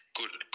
good